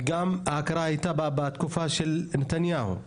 וגם בתקופה של נתניהו.